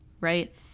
right